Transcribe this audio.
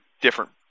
different